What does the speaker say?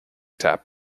tap